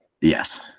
Yes